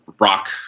rock